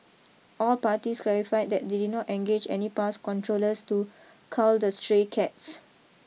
all parties clarified that they did not engage any pest controllers to cull the stray cats